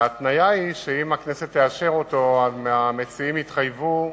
וההתניה היא שאם הכנסת תאשר אותו, המציעים יתחייבו